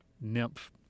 nymph